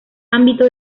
ámbito